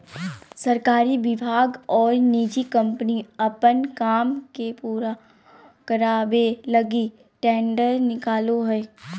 सरकारी विभाग और निजी कम्पनी अपन काम के पूरा करावे लगी टेंडर निकालो हइ